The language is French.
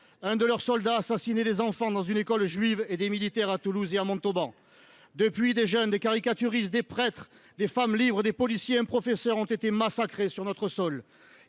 un de leurs soldats assassinait des enfants dans une école juive et des militaires à Toulouse et à Montauban. Depuis lors, des jeunes, des caricaturistes, des prêtres, des femmes libres, des policiers et un professeur ont été massacrés sur notre sol.